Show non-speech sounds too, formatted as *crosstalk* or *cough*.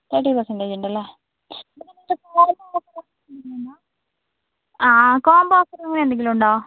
thirty percentage ഉണ്ടല്ലേ *unintelligible* ആ ആ കോംബോ ഓഫർ അങ്ങനെ എന്തെങ്കിലും ഉണ്ടോ